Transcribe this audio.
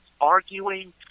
arguing